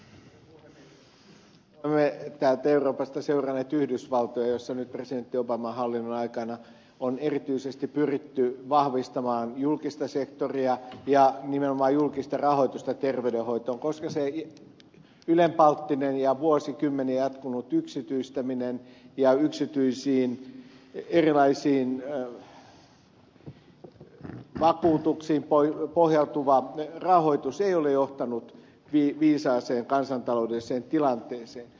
olemme täältä euroopasta seuranneet yhdysvaltoja missä nyt presidentti obaman hallinnon aikana on erityisesti pyritty vahvistamaan julkista sektoria ja nimenomaan julkista rahoitusta terveydenhoitoon koska se ylenpalttinen ja vuosikymmeniä jatkunut yksityistäminen ja yksityisiin erilaisiin vakuutuksiin pohjautuva rahoitus ei ole johtanut viisaaseen kansantaloudelliseen tilanteeseen